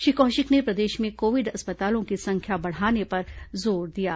श्री कौशिक ने प्रदेश में कोविड अस्पतालों की संख्या बढ़ाने पर जोर दिया है